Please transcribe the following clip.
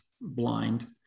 blind